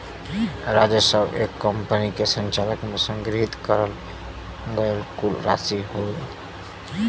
राजस्व एक कंपनी के संचालन में संग्रहित करल गयल कुल राशि हउवे